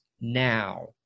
now